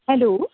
hello